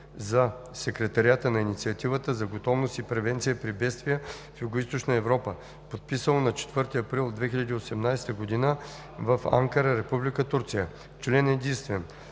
за Секретариата на Инициативата за готовност и превенция при бедствия в Югоизточна Европа, подписано на 4 април 2019 г. в Анкара, Република Турция Член единствен.